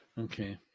Okay